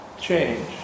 change